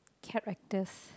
characters